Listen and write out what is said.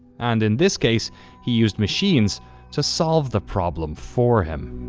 and in this case he used machines to solve the problem for him.